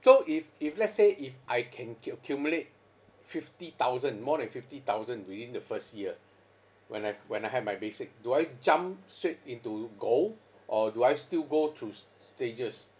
so if if let's say if I can accu~ accumulate fifty thousand more than fifty thousand within the first year when I when I have my basic do I jump straight into gold or do I still go through s~ stages